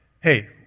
hey